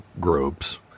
groups